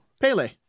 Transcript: Pele